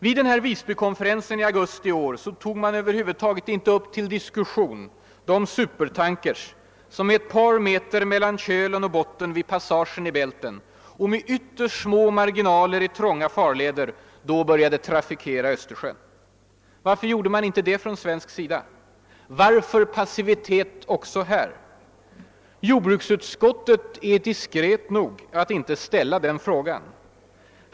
Vid Visbykonferensen i augusti i år tog man över huvud taget inte upp till diskussion de supertankers, som med ett par meter mellan kölen och botten vid passagen i Bälten och med ytterst små marginaler i trånga farleder börjat trafikera Östersjön. Varför gjorde man inte det från svensk sida? Varför passivitet också här? Jordbruksutskottet är diskret nog att inte ställa den frågan.